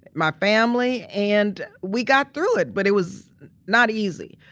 my family, and we got through it. but it was not easy.